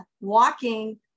walking